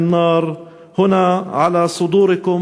/ כחתיכת זכוכית,